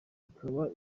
ikaba